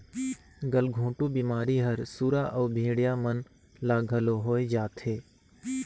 गलघोंटू बेमारी हर सुरा अउ भेड़िया मन ल घलो होय जाथे